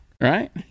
Right